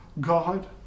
God